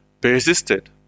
persisted